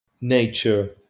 nature